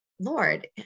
Lord